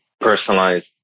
personalized